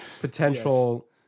potential